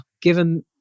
given